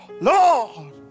Lord